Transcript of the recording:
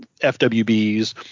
FWBs